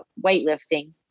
weightlifting